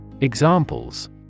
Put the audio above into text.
Examples